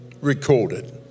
recorded